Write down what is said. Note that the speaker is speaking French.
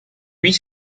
huit